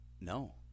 No